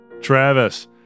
Travis